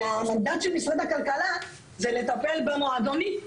המנדט של משרד הכלכלה הוא לטפל במועדונים,